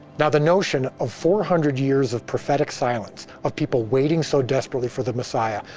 now, the notion of four hundred years of prophetic silence of people waiting so desperately for the messiah,